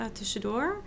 tussendoor